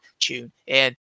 TuneIn